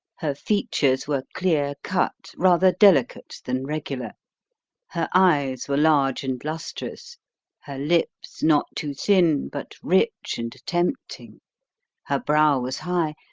her features were clear cut, rather delicate than regular her eyes were large and lustrous her lips not too thin, but rich and tempting her brow was high,